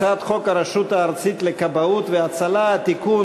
הצעת חוק הרשות הארצית לכבאות והצלה (תיקון,